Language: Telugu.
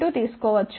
2 తీసుకోవచ్చు